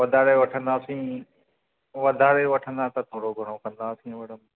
वधारे वठंदासीं वधारे वठंदा त थोरो घणो कंदासीं